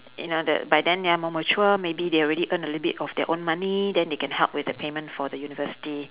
you know the by then ya more mature maybe they already earn a little bit of their own money then they can help with the payment for the university